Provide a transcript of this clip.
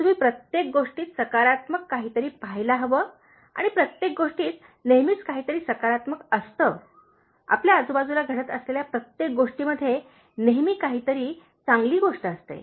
तुम्ही प्रत्येक गोष्टीत सकारात्मक काहीतरी पहायला हवे आणि प्रत्येक गोष्टीत नेहमीच काहीतरी सकारात्मक असते आपल्या आजूबाजूला घडत असलेल्या प्रत्येक गोष्टीमध्ये नेहमी काहीतरी चांगली गोष्ट असते